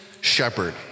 shepherd